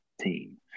team